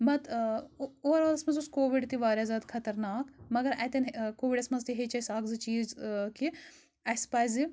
بت اُ اُوَر آلَس منٛز اوس کووِڈ تہِ واریاہ زیاد خَطرناک مَگر اَتؠن کووِڈَس منٛز تہِ ہیٚچھ اَسہِ اَکھ زٕ چیٖز کہِ اَسہِ پَزِ